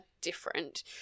different